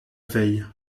veille